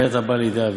ואין אתה בא לידי עבירה.